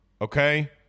Okay